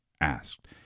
asked